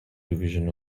division